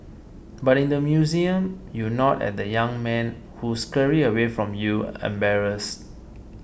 but in the museum you nod at the young men who scurry away from you embarrassed